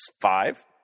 five